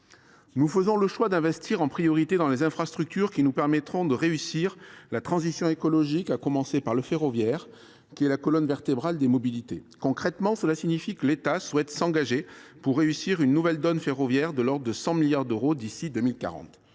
Nous faisons donc le choix d’investir en priorité dans les infrastructures qui nous permettront de réussir la transition écologique, à commencer par le ferroviaire, qui est la colonne vertébrale des mobilités. « Concrètement, cela signifie que l’État souhaite s’engager […] pour réussir une “Nouvelle donne ferroviaire”, de l’ordre de 100 milliards d’euros d’ici 2040.